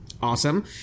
awesome